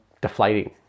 deflating